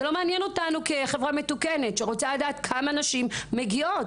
זה לא מעניין אותנו כחברה מתוקנת שרוצה לדעת כמה נשים מגיעות.